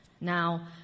Now